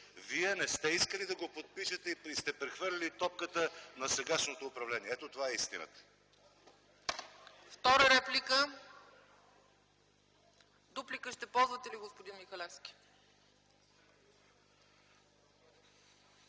Вие не сте искали да го подпишете и сте прехвърлили топката на сегашното управление. Ето, това е истината.